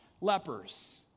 lepers